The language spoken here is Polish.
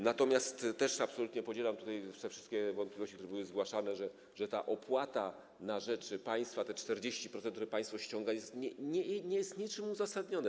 Natomiast też absolutnie podzielam te wszystkie wątpliwości, które były zgłaszane, że ta opłata na rzecz państwa, te 40%, które państwo ściąga, że to naprawdę nie jest niczym uzasadnione.